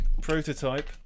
prototype